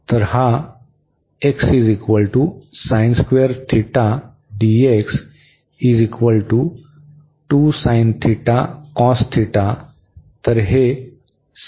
तर हा तर हे होईल